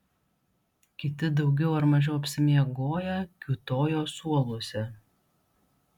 kiti daugiau ar mažiau apsimiegoję kiūtojo suoluose